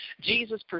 Jesus